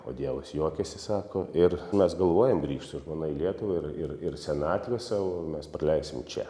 o dievas juokiasi sako ir mes galvojam grįžt su žmona į lietuvą ir ir ir senatvę savo mes praleisim čia